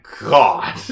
god